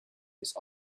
this